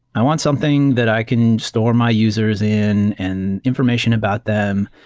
i want something that i can store my users in, and information about them,